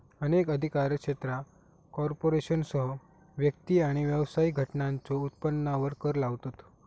अनेक अधिकार क्षेत्रा कॉर्पोरेशनसह व्यक्ती आणि व्यावसायिक घटकांच्यो उत्पन्नावर कर लावतत